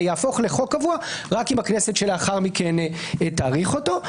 ויהפוך לחוק קבוע רק אם הכנסת שלאחר מכן תאריך אותו.